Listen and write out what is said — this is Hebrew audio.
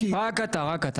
רק אתה.